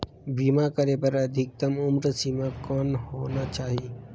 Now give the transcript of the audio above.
बीमा करे बर अधिकतम उम्र सीमा कौन होना चाही?